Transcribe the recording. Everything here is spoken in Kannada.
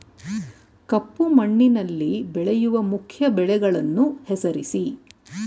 ಕಪ್ಪು ಮಣ್ಣಿನಲ್ಲಿ ಬೆಳೆಯುವ ಮುಖ್ಯ ಬೆಳೆಗಳನ್ನು ಹೆಸರಿಸಿ